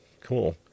cool